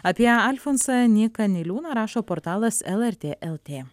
apie alfonsą nyką niliūną rašo portalas lrt lt